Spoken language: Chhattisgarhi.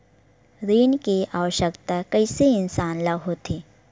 ऋण के आवश्कता कइसे इंसान ला होथे?